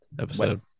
episode